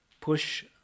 push